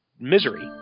Misery